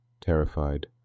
Terrified